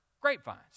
grapevines